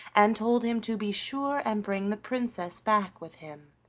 and told him to be sure and bring the princess back with him.